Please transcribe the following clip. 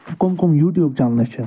کَم کَم یوٗٹیوٗب چَنلہٕ چھِ